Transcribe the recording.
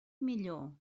millor